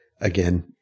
again